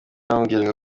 bamubwiraga